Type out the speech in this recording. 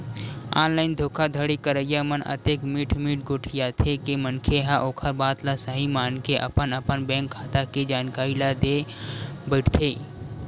online धोखाघड़ी करइया मन अतेक मीठ मीठ गोठियाथे के मनखे ह ओखर बात ल सहीं मानके अपन अपन बेंक खाता के जानकारी ल देय बइठथे